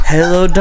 Hello